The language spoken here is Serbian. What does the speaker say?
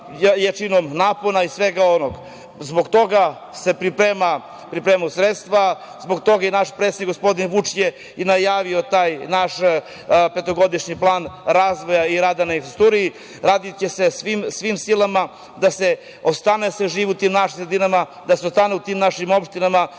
jačinom napona i svega onog. Zbog toga se pripremaju sredstva. Zbog toga i naš predsednik gospodin Vučić je najavio taj naš petogodišnji plan razvoja i rada na infrastrukturi. Radiće se svim silama da se ostane da se živi u tim sredinama, da se ostane u tim našim opštinama,